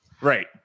Right